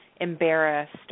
embarrassed